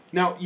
Now